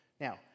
Now